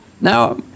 Now